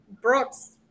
Brooks